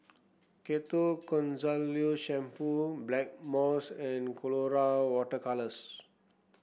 Ketoconazole Shampoo Blackmores and Colora Water Colours